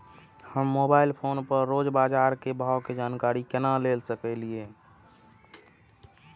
हम mobile phone पर रोज बाजार के भाव के जानकारी केना ले सकलिये?